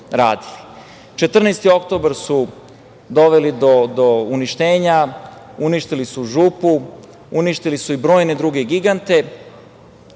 oktobar“ su doveli do uništenja, uništili su „Župu“, uništili su i brojne druge gigante.